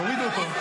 תורידו אותו,